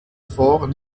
fort